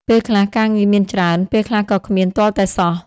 ពេលខ្លះ ការងារមានច្រើន ពេលខ្លះក៏គ្មានទាល់តែសោះ។